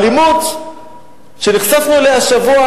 האלימות שנחשפנו אליה השבוע